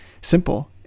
simple